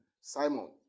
Simon